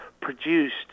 produced